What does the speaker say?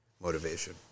motivation